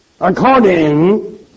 according